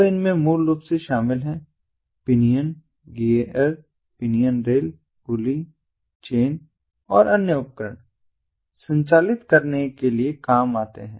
तो इनमें मूल रूप से शामिल है pinion gear pinion rail pulley chain और अन्य उपकरण संचालित करने के लिए काम आते है